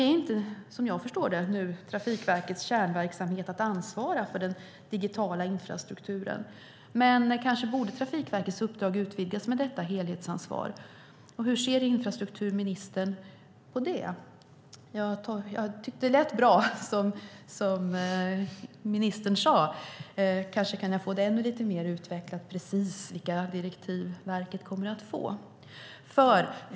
Som jag förstår det är det inte Trafikverkets kärnverksamhet att ansvara för den digitala infrastrukturen, men kanske borde Trafikverkets uppdrag utvidgas med detta helhetsansvar. Hur ser infrastrukturministern på det? Det ministern sade lät bra, och kanske kan jag få ännu lite mer utvecklat precis vilka direktiv verket kommer att få.